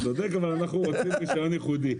אתה צודק אבל אנחנו רוצים רישיון ייחודי.